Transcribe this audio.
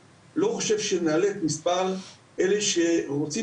אני לא חושב שנעלה את מספר אלה שרוצים